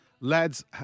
Lads